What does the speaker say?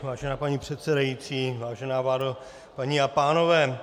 Vážená paní předsedající, vážená vládo, paní a pánové.